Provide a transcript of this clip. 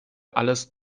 alles